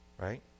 right